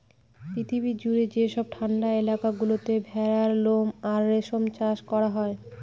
পৃথিবী জুড়ে যেসব ঠান্ডা এলাকা গুলোতে ভেড়ার লোম আর রেশম চাষ করা হয়